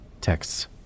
texts